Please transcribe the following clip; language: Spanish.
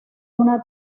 una